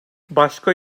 başka